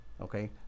okay